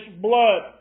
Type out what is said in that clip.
blood